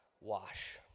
Wash